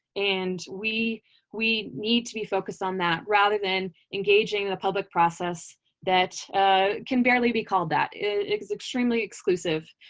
and we we need to be focused on that, rather than engaging the public process that can barely be called that. it is extremely exclusive.